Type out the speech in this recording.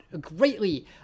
greatly